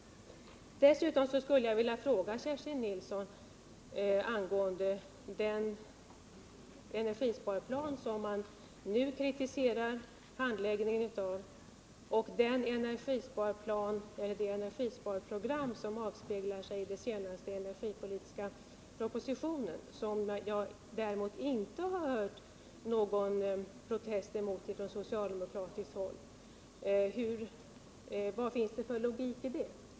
Dessutom skulle jag vilja fråga Kerstin Nilsson angående den energisparplan, vars handläggning man nu kritiserar, och det energisparprogram som avspeglar sig i den senaste energipolitiska propositionen, som jag däremot inte har hört någon protestera emot på socialdemokratiskt håll. Vad finns det för logik i detta?